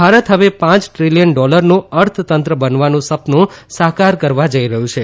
ભારત હવે પાંચ દ્રિલીયન ડોલરનું અર્થતંત્ર બનવાનું સપનું સાકાર કરવા જઇ રહ્યું છે